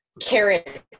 carrot